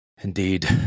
Indeed